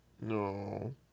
No